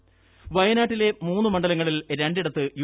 വയനാട് വയനാട്ടിലെ മൂന്ന് മണ്ഡലങ്ങളിൽ രണ്ടിടത്തു യു